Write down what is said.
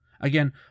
Again